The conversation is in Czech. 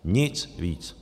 Nic víc.